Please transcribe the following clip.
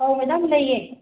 ꯑꯧ ꯃꯦꯗꯥꯝ ꯂꯩꯌꯦ